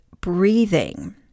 breathing